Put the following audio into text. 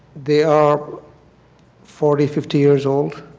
they are forty, fifty years old